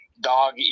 dog